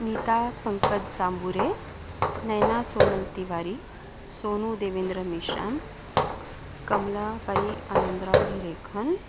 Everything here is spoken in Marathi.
नीता पंकज जांबुरे नैना सोनल तिवारी सोनू देवेंद्र मेशाम कमलाबाई आनंदराव हिरेखन